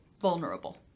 vulnerable